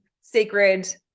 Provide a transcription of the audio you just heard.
sacred